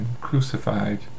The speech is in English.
crucified